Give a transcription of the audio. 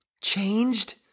changed